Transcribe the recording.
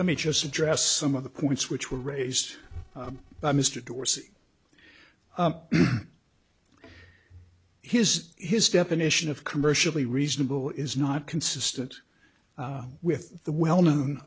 let me just address some of the points which were raised by mr dorsey his his definition of commercially reasonable is not consistent with the well known